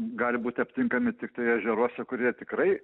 gali būti aptinkami tiktai ežeruose kurie tikrai